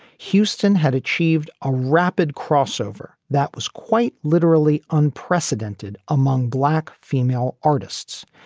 houston had achieved a rapid crossover that was quite literally unprecedented among black female artists.